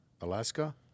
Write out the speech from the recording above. Alaska